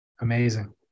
Amazing